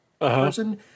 person